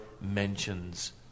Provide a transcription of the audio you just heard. mentions